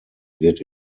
wird